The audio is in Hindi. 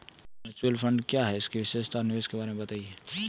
म्यूचुअल फंड क्या है इसकी विशेषता व निवेश के बारे में बताइये?